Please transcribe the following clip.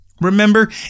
Remember